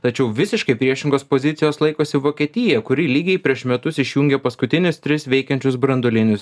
tačiau visiškai priešingos pozicijos laikosi vokietija kuri lygiai prieš metus išjungė paskutinius tris veikiančius branduolinius